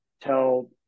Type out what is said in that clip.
tell